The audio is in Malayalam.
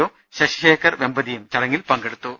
ഒ ശശിശേഖർ വെമ്പതിയും ചടങ്ങിൽ പങ്കെടുത്തു